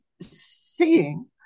seeing